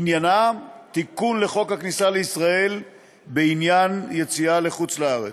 עניינה תיקון לחוק הכניסה לישראל בעניין יציאה לחוץ-לארץ.